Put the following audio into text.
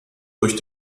durch